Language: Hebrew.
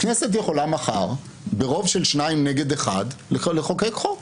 הכנסת יכולה מחר ברוב של שניים נגד אחד לחוקק חוק